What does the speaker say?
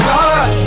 God